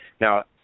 Now